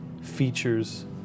features